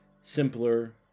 simpler